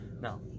No